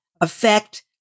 affect